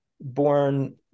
born